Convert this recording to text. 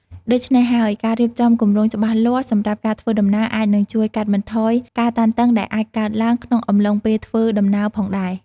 ដូច្នេះហើយការរៀបចំគម្រោងច្បាស់លាស់សម្រាប់ការធ្វើដំណើរអាចនឹងជួយកាត់បន្ថយការតានតឹងដែលអាចកើតឡើងក្នុងអំឡុងពេលធ្វើដំណើរផងដែរ។